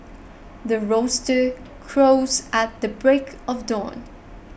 the roaster crows at the break of dawn